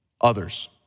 others